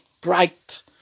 bright